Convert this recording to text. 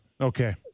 Okay